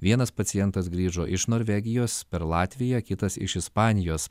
vienas pacientas grįžo iš norvegijos per latviją kitas iš ispanijos